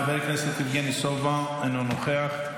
חבר הכנסת יבגני סובה, אינו נוכח,